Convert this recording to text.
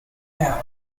power